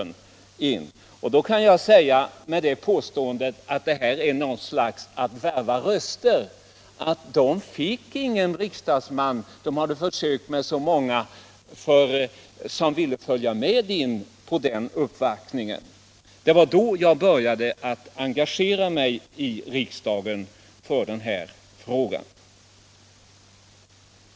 Gentemot påståendet att det här är ett sätt att värva röster kan jag säga att de inte fick någon annan riksdagsman —- de hade försökt med så många — som ville följa med in på uppvaktningen. Det var då jag började engagera mig i riksdagen för den här frågan.